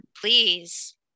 please